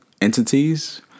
entities